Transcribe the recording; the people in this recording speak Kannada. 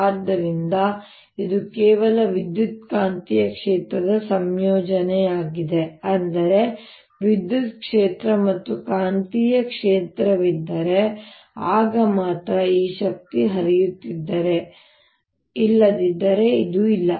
ಆದ್ದರಿಂದ ಇದು ಕೇವಲ ವಿದ್ಯುತ್ಕಾಂತೀಯ ಕ್ಷೇತ್ರದ ಸಂಯೋಜನೆಯಾಗಿದೆ ಅಂದರೆ ವಿದ್ಯುತ್ ಕ್ಷೇತ್ರ ಮತ್ತು ಕಾಂತೀಯ ಕ್ಷೇತ್ರವಿದ್ದರೆ ಆಗ ಮಾತ್ರ ಈ ಶಕ್ತಿ ಹರಿಯುತ್ತದೆ ಇಲ್ಲದಿದ್ದರೆ ಅದು ಇಲ್ಲ